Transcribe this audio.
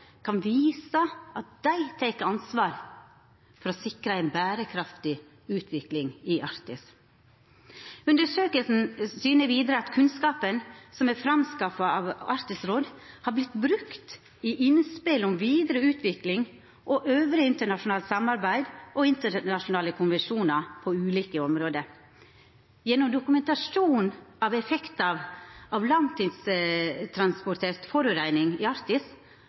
kan visa at dei tek ansvar for å sikra ei berekraftig utvikling i Arktis. Undersøkinga syner vidare at kunnskapen som er skaffa fram av Arktisk råd, har vorte brukt i innspel om vidare utvikling av anna internasjonalt samarbeid og internasjonale konvensjonar på ulike område. Gjennom dokumentasjon av effektar av langtransportert forureining i Arktis